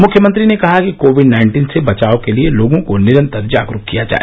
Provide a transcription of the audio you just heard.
मुख्यमंत्री ने कहा कि कोविड नाइन्टीन से बचाव के लिए लोगों को निरन्तर जागरूक किया जाए